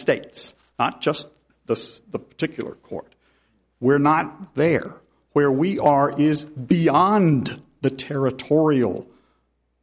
states not just the the particular court we're not there where we are is beyond the territorial